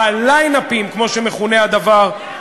ב"ליין-אפים", כמו שהדבר מכונה,